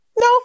No